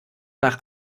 nach